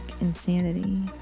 insanity